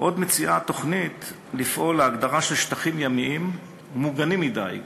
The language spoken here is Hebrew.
עוד מציעה התוכנית לפעול להגדרה של שטחים ימיים מוגנים מדיג.